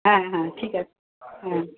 হ্যাঁ হ্যাঁ ঠিক আছে হ্যাঁ